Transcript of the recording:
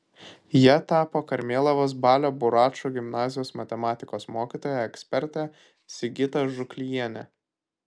ja tapo karmėlavos balio buračo gimnazijos matematikos mokytoja ekspertė sigita žuklijienė